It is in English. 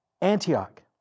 Antioch